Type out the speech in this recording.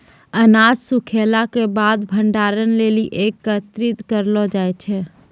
अनाज सूखैला क बाद भंडारण लेलि एकत्रित करलो जाय छै?